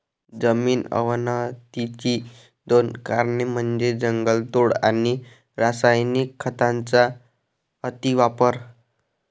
जमीन अवनतीची दोन कारणे म्हणजे जंगलतोड आणि रासायनिक खतांचा अतिवापर